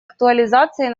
актуализацией